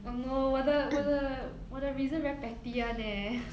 oh no 我的我的我的 reason very petty [one] eh